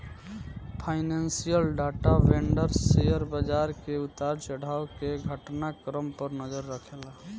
financial data vendor share बाजार के उतार चढ़ाव के घटना क्रम पर नजर रखेला